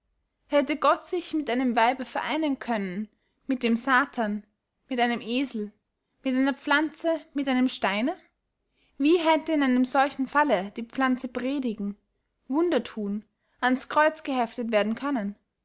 hätte gott sich mit einem weibe vereinen können mit dem satan mit einem esel mit einer pflanze mit einem steine wie hätte in einem solchen falle die pflanze predigen wunder thun ans kreuz geheftet werden können